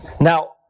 Now